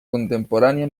contemporània